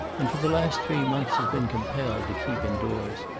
and for the last three months has been compelled to keep indoors.